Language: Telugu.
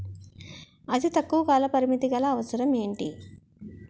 అతి తక్కువ కాల పరిమితి గల అవసరం ఏంటి